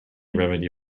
remedy